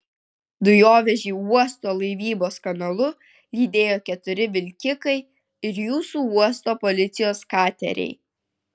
dujovežį uosto laivybos kanalu lydėjo keturi vilkikai ir jūsų uosto policijos kateriai